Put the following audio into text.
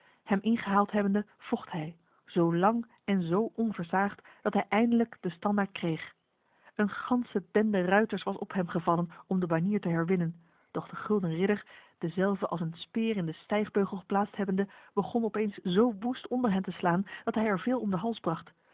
hem ingehaald hebbende vocht hij zo lang en zo onversaagd dat hij eindelijk de standaard kreeg een ganse bende ruiters was op hem gevallen om de banier te herwinnen doch de gulden ridder dezelve als een speer in de stijgbeugel geplaatst hebbende begon opeens zo woest onder hen te slaan dat hij er veel om de hals bracht